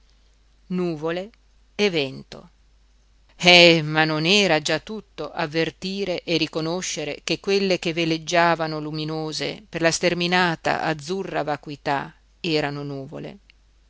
e vento eh ma era già tutto avvertire e riconoscere che quelle che veleggiavano luminose per la sterminata azzurra vacuità erano nuvole